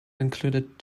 included